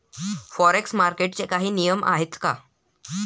Forex मार्केटचे काही नियम आहेत का?